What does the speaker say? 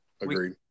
Agreed